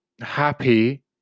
happy